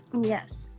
yes